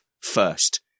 first